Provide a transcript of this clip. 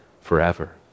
forever